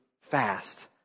fast